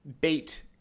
bait